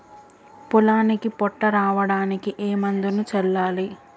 పొలానికి పొట్ట రావడానికి ఏ మందును చల్లాలి?